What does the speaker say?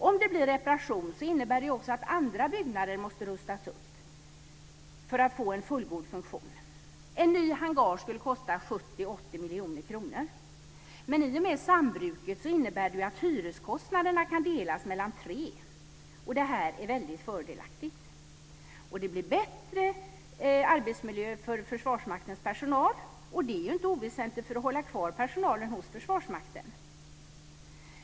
Om det blir reparation innebär det att också andra byggnader måste rustas upp för att få en fullgod funktion. En ny hangar skulle kosta 70-80 miljoner kronor. Sambruket innebär att hyreskostnaden kan delas mellan tre. Det här är väldigt fördelaktigt. Det blir också bättre arbetsmiljö för Försvarsmaktens personal, och det är inte oväsentligt för att hålla kvar personalen hos Försvarsmakten.